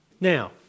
Now